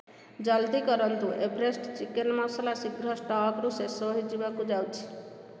ଜଲ୍ଦି କରନ୍ତୁ Everest chicken masala ଶୀଘ୍ର ଷ୍ଟକ୍ରୁ ଶେଷ ହୋଇଯିବାକୁ ଯାଉଛି